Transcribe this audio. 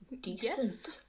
Decent